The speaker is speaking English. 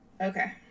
Okay